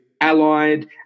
allied